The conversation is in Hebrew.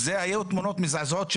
היו תמונות מזעזעות,